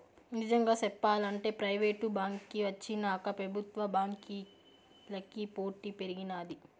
నిజంగా సెప్పాలంటే ప్రైవేటు బాంకీ వచ్చినాక పెబుత్వ బాంకీలకి పోటీ పెరిగినాది